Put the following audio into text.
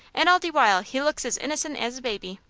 and all de while he looks as innocent as a baby.